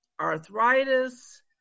arthritis